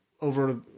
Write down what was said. over